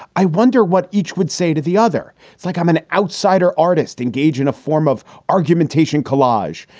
i wonder what each would say to the other. it's like i'm an outsider artist. engage in a form of argumentation, collage.